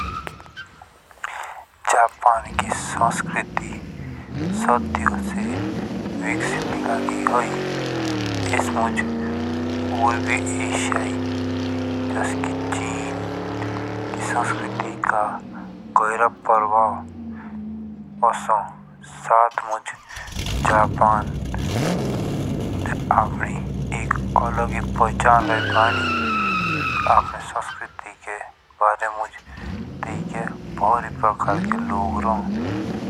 जापान की संस्कृति सदियों से विकसित लागि हुई ऐस मुझ। पूर्वी एशिया जस की चीन की संस्कृति का गहरा असर प्रभाव ओसो। साथ मुझ जापान अपनी एक अलग ही पहचान रहि बणि संस्कृति के बारे मुझ ताएके भारी प्रकार के लोग रहो।